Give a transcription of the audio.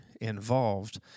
involved